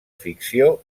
ficció